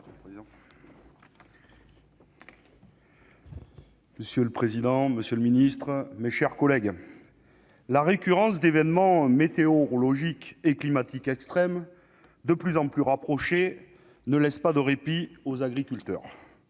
Monsieur le président, monsieur le ministre, mes chers collègues, la récurrence d'événements météorologiques et climatiques extrêmes de plus en plus rapprochés ne laisse pas de répit aux agriculteurs.